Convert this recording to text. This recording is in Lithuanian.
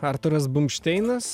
arturas bumšteinas